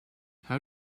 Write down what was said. how